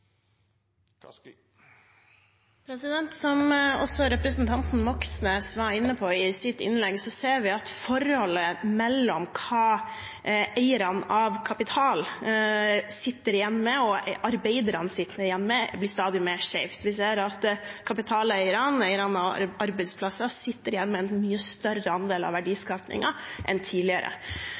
Som også representanten Moxnes var inne på i sitt innlegg, ser vi at forholdet mellom det eierne av kapital sitter igjen med, og det arbeiderne sitter igjen med, blir stadig skjevere. Vi ser at kapitaleierne, eierne av arbeidsplassene, sitter igjen med en mye større andel av verdiskapingen enn tidligere.